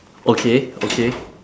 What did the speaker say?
okay okay